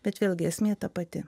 bet vėlgi esmė ta pati